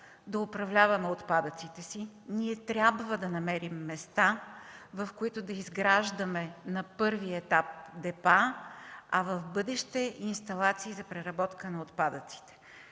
да управляваме отпадъците си, трябва да намерим места, в които да изграждаме на първи етап депа, а в бъдеще и инсталации за преработка на отпадъците.